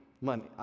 money